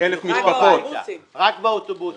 רק באוטובוסים.